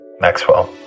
Maxwell